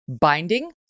binding